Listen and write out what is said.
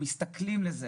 כשמשווים את זה